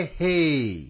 hey